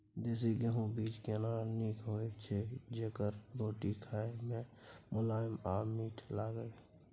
देसी गेहूँ बीज केना नीक होय छै जेकर रोटी खाय मे मुलायम आ मीठ लागय?